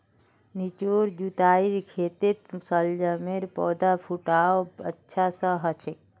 निचोत जुताईर खेतत शलगमेर पौधार फुटाव अच्छा स हछेक